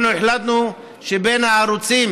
החלטנו שבין הערוצים